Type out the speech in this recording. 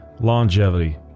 longevity